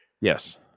Yes